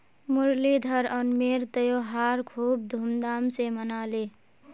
मुरलीधर ओणमेर त्योहार खूब धूमधाम स मनाले